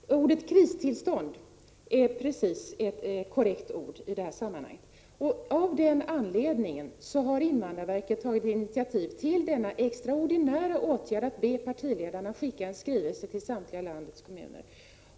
Herr talman! Just ordet kristillstånd är ett korrekt ord i detta sammanhang. Det är ju av den anledningen som invandrarverket har tagit initiativ till denna extraordinära åtgärd. Man ber alltså partiledarna underteckna en skrivelse till landets samtliga kommuner.